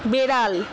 বেড়াল